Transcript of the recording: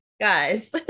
Guys